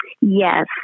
Yes